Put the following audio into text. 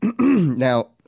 now